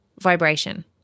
vibration